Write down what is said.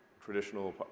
traditional